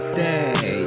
day